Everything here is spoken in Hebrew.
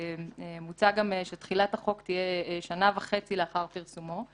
מוצע גם שתחילת החוק תהיה שנה וחצי לאחר פרסומו.